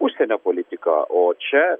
užsienio politiką o čia